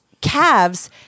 calves